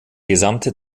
gesamte